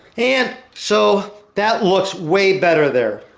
and, so, that looks way better there.